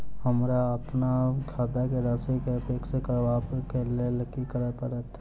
हमरा अप्पन खाता केँ राशि कऽ फिक्स करबाक लेल की करऽ पड़त?